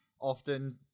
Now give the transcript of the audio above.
Often